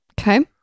Okay